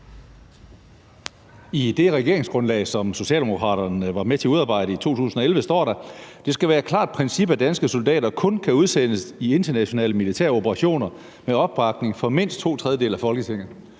I det regeringsgrundlag, som Socialdemokraterne var med til at udarbejde i 2011, står der, at det skal være »et klart princip, at danske soldater kun kan udsendes i internationale militære operationer med opbakning fra mindst to tredjedele af Folketinget«.